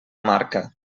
marca